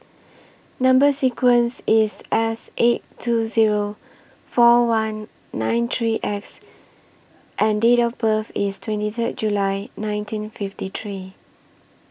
Number sequence IS S eight two Zero four one nine three X and Date of birth IS twenty Third July nineteen fifty three